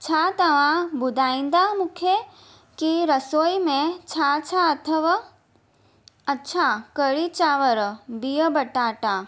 छा तव्हां ॿुधाईंदा मूंखे कि रसोई में छा छा अथव अच्छा कढ़ी चांवर बिह बटाटा